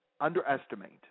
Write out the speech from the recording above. underestimate